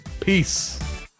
Peace